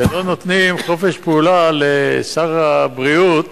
והם לא נותנים חופש פעולה לשר הבריאות